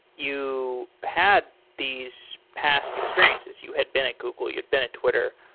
you had these past experiences. you had been at google. you had been at twitter.